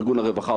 ארגון הרווחה,